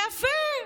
יפה.